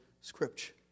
scripture